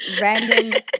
random